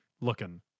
looking